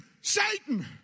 Satan